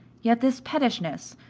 yet this pettishness,